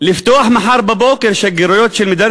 לפתוח מחר בבוקר שגרירויות של מדינת